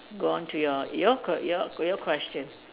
go on to your your q~ your your question